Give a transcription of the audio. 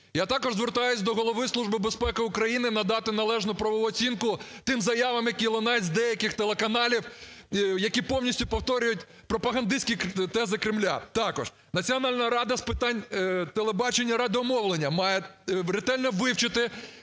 Я також звертаюсь до Голови Служби безпеки України надати належну правову оцінку тим заявам, які лунають з деяких телеканалів, які повністю повторюють пропагандистські тези Кремля. Також Національна рада з питань телебачення, радіомовлення має ретельно вивчити